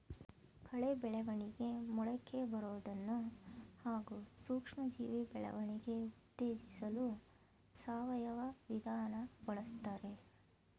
ಕಳೆ ಬೆಳವಣಿಗೆ ಮೊಳಕೆಬರೋದನ್ನ ಹಾಗೂ ಸೂಕ್ಷ್ಮಜೀವಿ ಬೆಳವಣಿಗೆ ಉತ್ತೇಜಿಸಲು ಸಾವಯವ ವಿಧಾನ ಬಳುಸ್ತಾರೆ